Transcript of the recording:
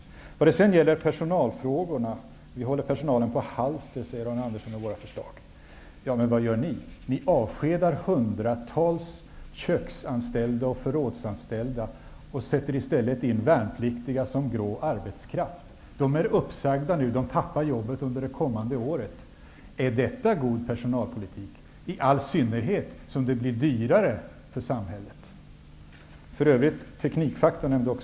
Sedan har vi personalfrågorna. Arne Andersson anser att våra förslag gör att personalen hålls på halster. Men vad gör ni? Ni avskedar hundratals köks och förrådsanställda och sätter i stället in värnpliktiga -- som en grå arbetskraft. Personalen är uppsagd. De förlorar jobben under det kommande året. Är detta god personalpolitik, i all synnerhet som den kommer att bli dyrare för samhället? Vidare har vi teknikfaktorn.